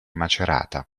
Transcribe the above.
macerata